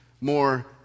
more